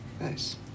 Nice